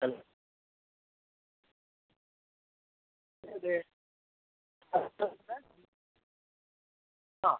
hello അതെ ആ